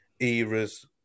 era's